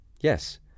Yes